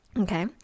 Okay